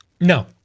No